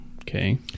Okay